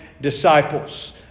disciples